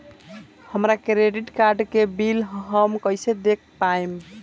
हमरा credit card के bill हम कइसे देख पाएम?